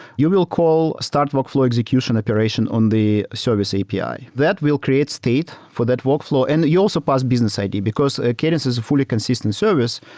you will call start workflow execution operation on the service api. that will create state for that workflow, and you also pass business id, because cadence is fully-consistent service,